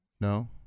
No